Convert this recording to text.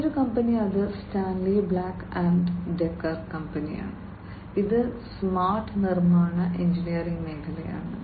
മറ്റൊരു കമ്പനി അത് Stanley Black and Decker കമ്പനിയാണ് ഇത് സ്മാർട്ട് നിർമ്മാണ എഞ്ചിനീയറിംഗ് മേഖലയിലാണ്